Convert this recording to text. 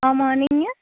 ஆமாம் நீங்கள்